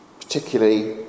particularly